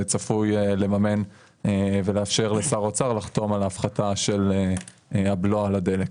צפוי לממן ולאפשר לשר האוצר לחתום על ההפחתה של הבלו על הדלק.